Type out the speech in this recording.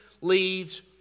leads